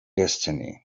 destiny